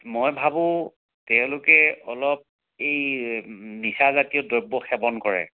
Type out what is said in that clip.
মই ভাবোঁ তেওঁলোকে অলপ এই নিচা জাতীয় দ্ৰব্য় সেৱন কৰে